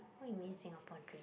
what you mean Singapore dream